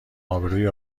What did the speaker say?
آبروی